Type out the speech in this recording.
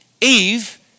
Eve